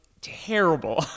terrible